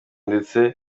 ndetse